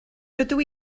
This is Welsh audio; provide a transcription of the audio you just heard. dydw